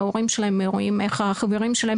ההורים שלהם רואים איך חברים שלהם